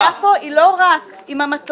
הבעיה פה היא לא רק עם המטוס,